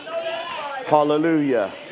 Hallelujah